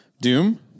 Doom